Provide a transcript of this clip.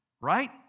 right